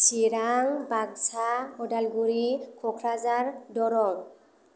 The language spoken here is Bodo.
चिरां बाक्सा उदालगुरि क'क्राझार दरं